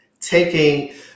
taking